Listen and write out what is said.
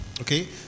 okay